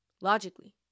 logically